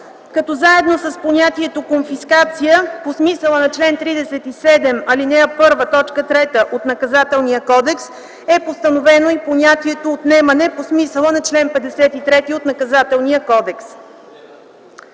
актове. Заедно с понятието „конфискация” по смисъла на чл. 37, ал. 1, т. 3 от Наказателния кодекс е постановено и понятието „отнемане” по смисъла на чл. 53 от Наказателния кодекс.